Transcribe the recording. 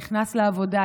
נכנס לעבודה,